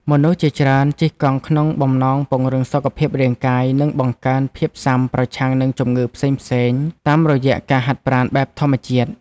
មនុស្សជាច្រើនជិះកង់ក្នុងបំណងពង្រឹងសុខភាពរាងកាយ និងបង្កើនភាពស៊ាំប្រឆាំងនឹងជំងឺផ្សេងៗតាមរយៈការហាត់ប្រាណបែបធម្មជាតិ។